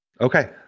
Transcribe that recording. Okay